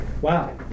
Wow